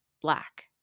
Black